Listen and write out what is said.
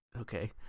okay